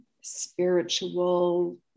spiritual